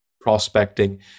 prospecting